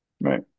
Right